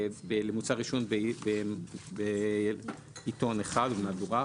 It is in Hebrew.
למוצר עישון בעיתון אחד או במהדורה אחת.